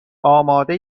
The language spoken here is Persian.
آماده